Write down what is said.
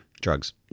drugs